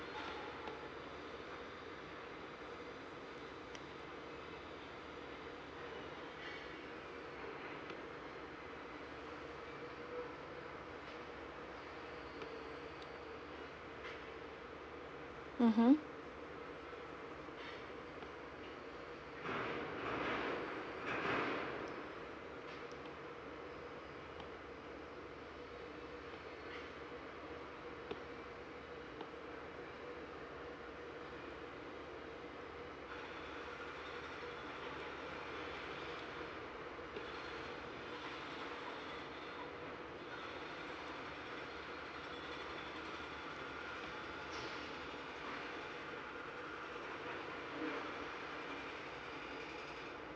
mmhmm